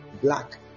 black